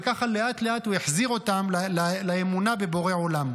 וככה לאט לאט הוא החזיר אותם לאמונה בבורא עולם.